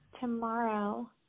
tomorrow